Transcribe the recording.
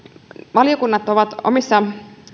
valiokunnat ovat omissa